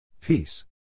Peace